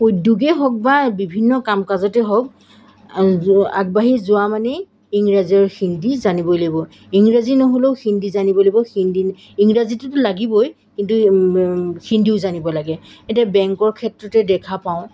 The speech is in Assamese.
উদ্যোগেই হওক বা বিভিন্ন কাম কাজতে হওক আগবাঢ়ি যোৱা মানেই ইংৰাজী আৰু হিন্দী জানিবই লাগিব ইংৰাজী নহ'লেও হিন্দী জানিবই লাগিব হিন্দী ইংৰাজীটোতো লাগিবই কিন্তু হিন্দীও জানিব লাগে এতিয়া বেংকৰ ক্ষেত্ৰতে দেখা পাওঁ